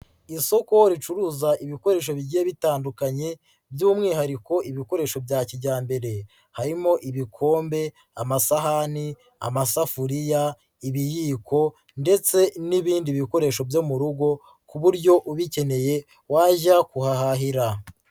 Isoko ricuruza ibikoresho bigiye bitandukanye by'umwihariko ibikoresho bya kijyambere harimo ibikombe, amasahani, amasafuriya, ibiyiko ndetse n'ibindi bikoresho byo mu rugo ku buryo ubikeneye wajya kuhahahira.